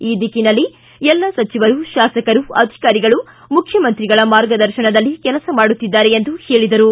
ಆ ದಿಕ್ಕಿನಲ್ಲಿ ಎಲ್ಲ ಸಚಿವರು ತಾಸಕರು ಅಧಿಕಾರಿಗಳು ಮುಖ್ಯಮಂತ್ರಿಗಳ ಮಾರ್ಗದರ್ಶನದಲ್ಲಿ ಕೆಲಸ ಮಾಡುತ್ತಿದ್ದಾರೆ ಎಂದು ಉಪಮುಖ್ಯಮಂತ್ರಿ ಸಿ